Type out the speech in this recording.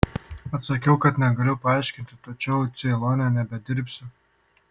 atsakiau kad negaliu paaiškinti tačiau ceilone nebedirbsiu